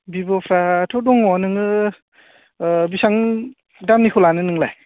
भिब'फ्राथ' दङ नोङो बेसेबां दामनिखौ लानो नोंलाय